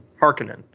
Harkonnen